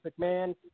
McMahon